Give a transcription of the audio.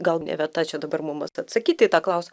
gal ne vieta čia dabar mum vat atsakyti į tą klaus